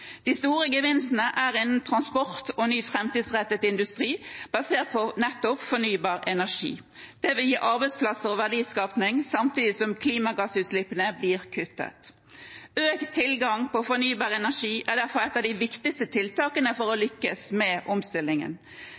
De store gevinstene er innen transport og ny framtidsrettet industri basert på nettopp fornybar energi. Det vil gi arbeidsplasser og verdiskaping samtidig som klimagassutslippene blir kuttet. Økt tilgang på fornybar energi er derfor et av de viktigste tiltakene for å lykkes med omstillingen.